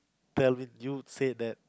tell me you said that